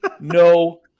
no